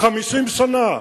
50 שנה.